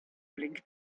blinkt